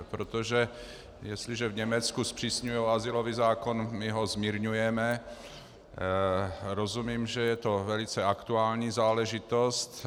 Protože jestliže v Německu zpřísňují azylový zákon, my ho zmírňujeme, rozumím, že je to velice aktuální záležitost.